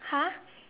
!huh!